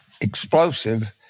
explosive